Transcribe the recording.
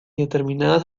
determinadas